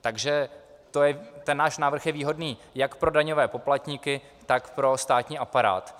Takže ten náš návrh je výhodný jak pro daňové poplatníky, tak pro státní aparát.